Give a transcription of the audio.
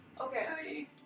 Okay